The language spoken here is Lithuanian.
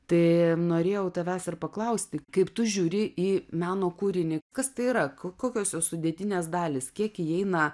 tai norėjau tavęs ir paklausti kaip tu žiūri į meno kūrinį kas tai yra kokios jos sudėtinės dalys kiek įeina